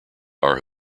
are